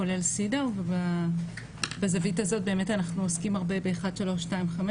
כולל CEDAW בזווית הזאת באמת אנחנו הרבה ב-1325.